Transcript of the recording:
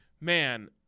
man